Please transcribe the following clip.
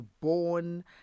born